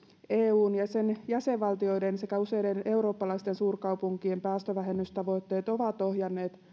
eun ja sen jäsenvaltioiden sekä useiden eurooppalaisten suurkaupunkien päästövähennystavoitteet ovat ohjanneet